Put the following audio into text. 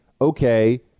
okay